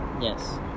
yes